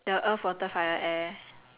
ya the animation